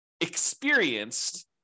experienced